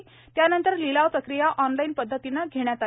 तद्नंतर लिलाव प्रक्रिया ऑनलाईन पद्धतीने घेण्यात आली